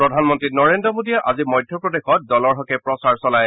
প্ৰধানমন্ত্ৰী নৰেন্দ্ৰ মোডীয়ে আজি মধ্যপ্ৰদেশত দলৰ হকে প্ৰচাৰ চলায়